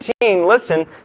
listen